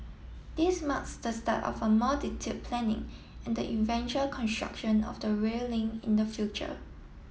this marks the start of a more detailed planning and the eventual construction of the rail link in the future